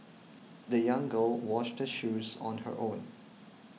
the young girl washed her shoes on her own